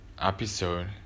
episode